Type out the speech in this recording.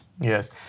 Yes